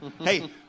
Hey